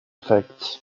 facts